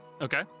Okay